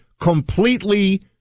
completely